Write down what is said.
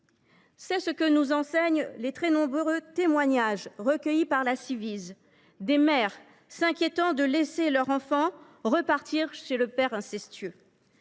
C’est ce que nous enseignent les très nombreux témoignages recueillis par la Ciivise, notamment de mères s’inquiétant de laisser leur enfant repartir chez le père incestueux.